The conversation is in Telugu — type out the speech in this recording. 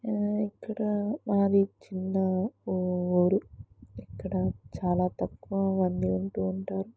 ఇక్కడ మాది చిన్న ఊరు ఇక్కడ చాలా తక్కువ మంది ఉంటు ఉంటారు